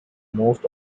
most